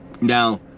Now